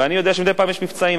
ואני יודע שמדי פעם יש מבצעים,